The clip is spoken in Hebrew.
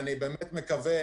אני באמת מקווה